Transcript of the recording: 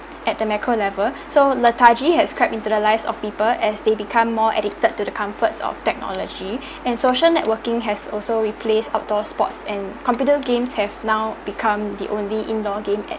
at the macro level so lethargic has crept into the lives of people as they become more addicted to the comforts of technology and social networking has also replaced outdoor sports and computer games have now become the only indoor game at